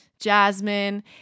Jasmine